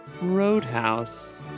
roadhouse